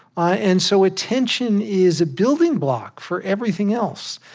ah and so attention is a building block for everything else.